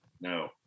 No